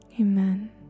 Amen